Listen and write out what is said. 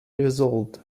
resolved